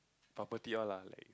property all lah like